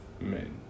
men